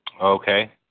Okay